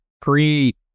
create